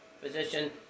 physician